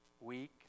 Week